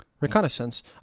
Reconnaissance